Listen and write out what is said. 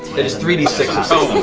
it is three d six so